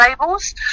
labels